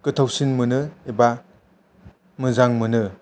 गोथावसिन मोनो एबा मोजां मोनो